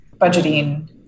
budgeting